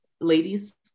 ladies